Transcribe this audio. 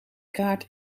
kaart